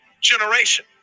generation